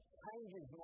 changes